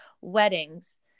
weddings